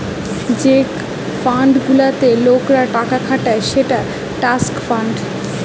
যে ফান্ড গুলাতে লোকরা টাকা খাটায় সেটা ট্রাস্ট ফান্ড